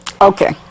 Okay